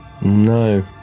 No